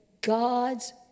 God's